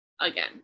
again